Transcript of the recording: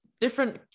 Different